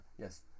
yes